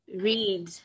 read